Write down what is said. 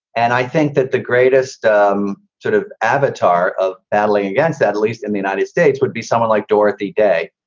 and i think that the greatest um sort of avatar of battling against that, at least in the united states, would be someone like dorothy day,